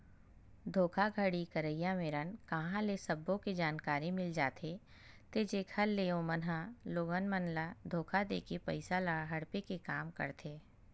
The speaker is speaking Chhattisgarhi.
धोखाघड़ी करइया मेरन कांहा ले सब्बो के जानकारी मिल जाथे ते जेखर ले ओमन ह लोगन मन ल धोखा देके पइसा ल हड़पे के काम करथे